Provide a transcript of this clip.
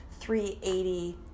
380